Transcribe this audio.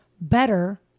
better